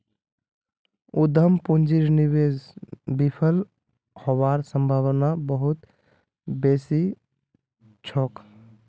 उद्यम पूंजीर निवेश विफल हबार सम्भावना बहुत बेसी छोक